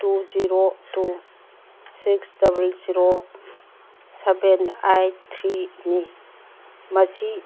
two zero two six double zero seven eight ꯊ꯭ꯔꯤꯅꯤ ꯃꯁꯤ